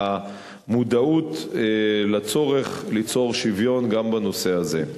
המודעות לצורך ליצור שוויון גם בנושא הזה.